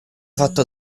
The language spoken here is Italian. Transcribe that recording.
fatto